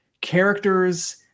characters